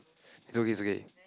it's okay it's okay